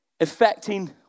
affecting